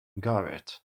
garrett